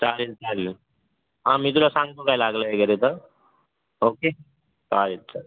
चालेल चालेल हां मी तुला सांगतो काय लागलं वगैरे तर ओके चालेल चल